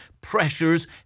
pressures